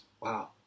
wow